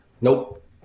Nope